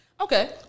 okay